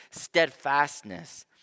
steadfastness